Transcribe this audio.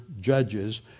judges